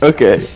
Okay